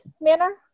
manner